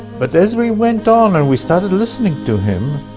but as we went on, and we started listening to him,